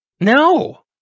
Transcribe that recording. No